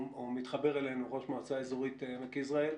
מתחבר אלינו אייל בצר ראש מועצה אזורית עמק יזרעאל.